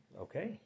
Okay